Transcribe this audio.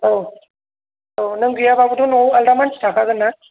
औ औ नों गैयाबाबोथ न'आव आलदा मानसि थाखागोनना